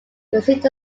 received